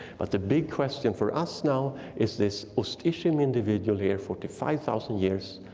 but the big question for us now is this ust'-ishim individual here, forty five thousand years,